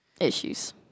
Issues